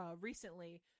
recently –